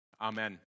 amen